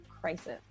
crisis